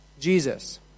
Jesus